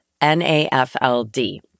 N-A-F-L-D